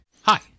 Hi